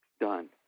Done